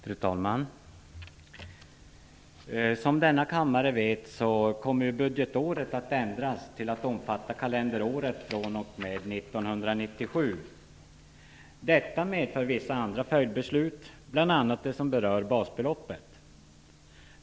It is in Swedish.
Fru talman! Som denna kammare vet kommer budgetåret att ändras till att omfatta kalenderåret från 1997. Detta medför vissa andra följdbeslut, bl.a. det som berör basbeloppet.